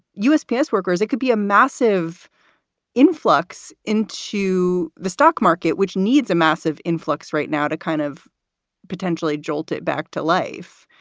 usps workers, it could be a massive influx in to the stock market, which needs a massive influx right now to kind of potentially jolt it back to life.